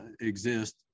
exist